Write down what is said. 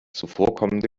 zuvorkommende